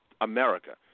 America